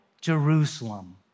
Jerusalem